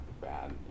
bad